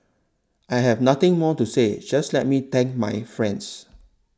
I have nothing more to say just let me thank my friends